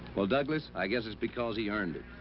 well, douglas, i guess it's because he earned it.